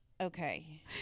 okay